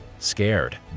Scared